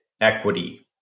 equity